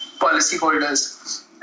policyholders